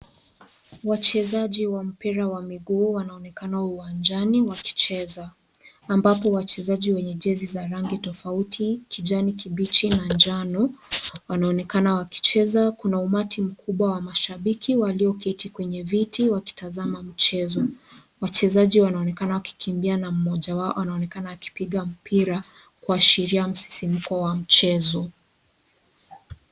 Wachezaji wa mpira wa miguu wanaonekana uwanjani wakicheza. Ambapo wachezaji wenye jezi tofauti kijani kibichi, majano wanaonekana wakicheza. Kuna umati mkubwa wa mashabiki walioketi kwenye viti wakitazama mchezo. Wachezaji wanaonekana wakikimbia na mmoja wao anaonekana akipiga mpira kuashiria msisimuko wa mchezo.